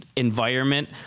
environment